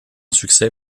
succès